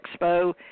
Expo